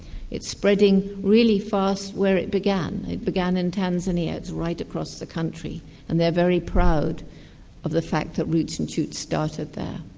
it's spreading really fast where it began. it began in tanzania, it's right across the country and they're very proud of the fact that roots and shoots started there.